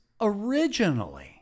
originally